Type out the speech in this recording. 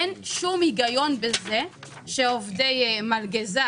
אין שום היגיון בזה שעובדי מלגזה,